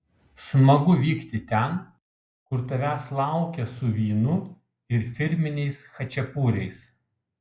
smagu vykti ten kur tavęs laukia su vynu ir firminiais chačiapuriais